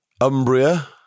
Umbria